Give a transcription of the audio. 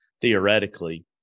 theoretically